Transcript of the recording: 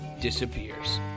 disappears